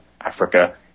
Africa